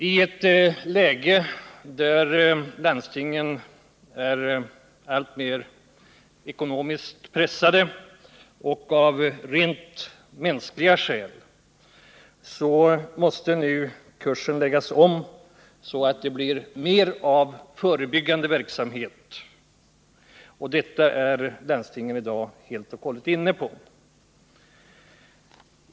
Vi måste nu — i ett läge där landstingen blir alltmer ekonomiskt pressade, och också av rent mänskliga skäl — lägga om kursen så att det blir mer av förebyggande verksamhet, något som landstingen helt och hållet är inne på.